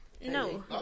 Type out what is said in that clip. No